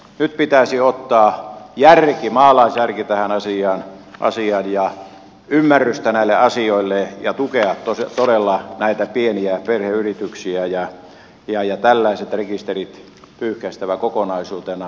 nyt pitäisi ottaa järki maalaisjärki tähän asiaan ja ymmärrystä näille asioille ja tukea todella näitä pieniä perheyrityksiä ja tällaiset rekisterit olisi pyyhkäistävä kokonaisuutenaan